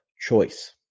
choice